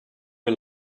you